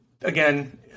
again